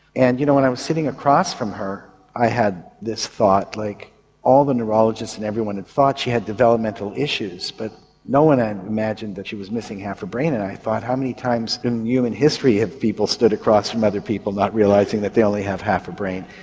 and you know when i was sitting across from her i had this thought, like all the neurologists and everyone had thought she had developmental issues but no one had imagined that she was missing half a brain. and i thought how many times in human history have people stood across from other people realising that they only have half a brain.